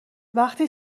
وقتی